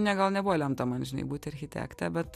ne gal nebuvo lemta man žinai būti architekte bet